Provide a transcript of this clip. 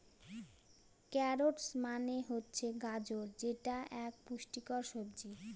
carrots মানে হচ্ছে গাজর যেটা এক পুষ্টিকর সবজি